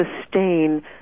sustain